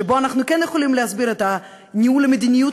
שבהם אנחנו כן יכולים להסביר את ניהול המדיניות